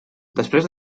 després